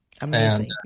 Amazing